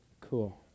Cool